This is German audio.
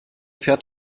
fährt